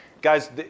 guys